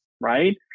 right